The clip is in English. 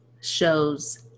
shows